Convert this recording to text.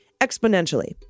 exponentially